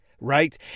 right